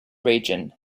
region